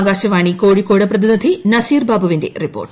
ആകാശവാണി കോഴിക്കോട് പ്രതിനിധി നസീർ ബാബുവിന്റെ റിപ്പോർട്ട്